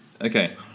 Okay